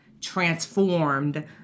transformed